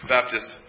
Baptist